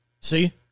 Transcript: See